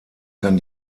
kann